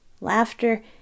Laughter